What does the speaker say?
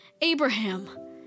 Abraham